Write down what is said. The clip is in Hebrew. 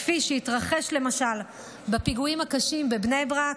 כפי שהתרחש למשל בפיגועים הקשים בבני ברק,